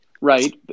Right